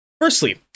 Firstly